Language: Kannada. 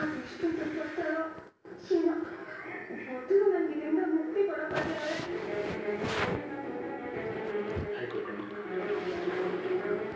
ಕೆಲವು ಸ್ಕೀಮ್ ಅವ್ರ ಊರಿನಲ್ಲಿ ಆಗ್ಬೇಕಾದ ಕೆಲಸ ಮಾಡ್ಲಿಕ್ಕೆ ಮೆಂಬರುಗಳಿಗೆ ಸಪೋರ್ಟ್ ಮಾಡ್ತದೆ